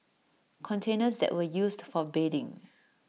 containers that were used for bathing